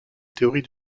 théorie